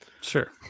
Sure